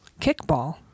kickball